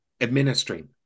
administering